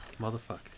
motherfucker